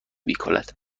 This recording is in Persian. میکند